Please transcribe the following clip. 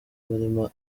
barimo